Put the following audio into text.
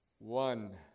One